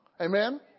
Amen